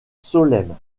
solesmes